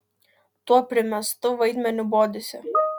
tuo primestu vaidmeniu bodisi